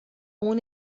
اون